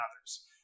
others